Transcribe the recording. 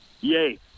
Yay